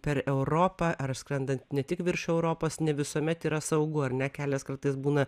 per europą ar skrendant ne tik virš europos ne visuomet yra saugu ar ne kelias kartais būna